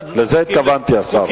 לזה התכוונתי, השר.